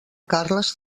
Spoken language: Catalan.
carles